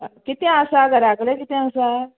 कितें आसा घरा कडेन कितें आसा